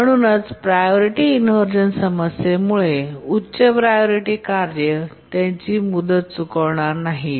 म्हणून priority inversion समस्येमुळे उच्च प्रायोरिटी कार्ये त्यांची मुदत चुकवणार नाहीत